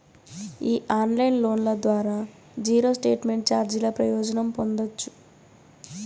ఈ ఆన్లైన్ లోన్ల ద్వారా జీరో స్టేట్మెంట్ చార్జీల ప్రయోజనం పొందచ్చు